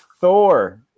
Thor